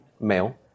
male